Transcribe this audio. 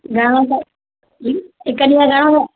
घणो अथव हिकु ॾींहं जा घणा अथव